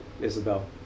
Isabel